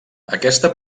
aquesta